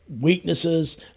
weaknesses